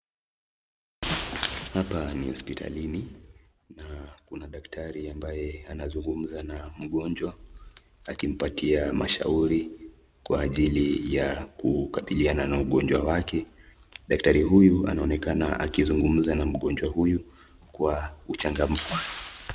Hapa ni hospitalini na kuna daktari ambaye anazungumza na mgonjwa akimpatia mashauri kwa ajili ya kukabiliana na ugonjwa wake. Daktari huyu anaonekana akizungumza na mgonjwa huyu kwa uchangamfu.